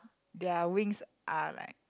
their wings are like